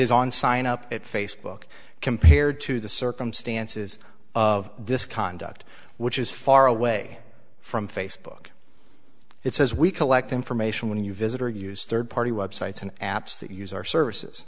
is on sign up at facebook compared to the circumstances of this conduct which is far away from facebook it says we collect information when you visit or use third party websites and apps that use our services